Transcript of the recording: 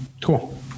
Cool